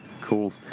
Cool